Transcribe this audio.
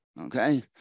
Okay